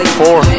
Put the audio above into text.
four